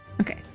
okay